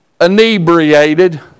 inebriated